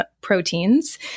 proteins